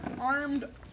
armed